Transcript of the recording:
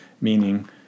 Meaning